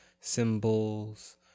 symbols